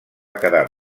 quedar